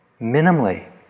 minimally